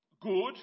good